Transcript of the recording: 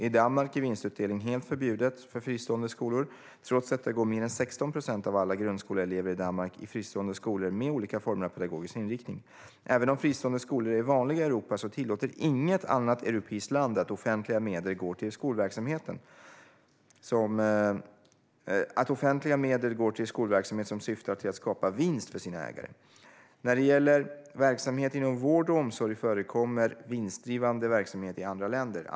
I Danmark är vinstutdelning helt förbjudet för fristående skolor. Trots detta går mer än 16 procent av alla grundskoleelever i Danmark i fristående skolor med olika former av pedagogisk inriktning. Även om fristående skolor är vanliga i Europa tillåter inget annat europeiskt land att offentliga medel går till skolverksamhet som syftar till att skapa vinst för sina ägare. När det gäller verksamhet inom vård och omsorg förekommer vinstdrivande verksamhet i andra länder.